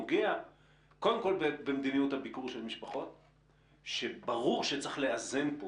נוגע קודם כול במדיניות הביקור של משפחות שברור שצריך לאזן פה